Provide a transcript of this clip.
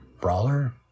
brawler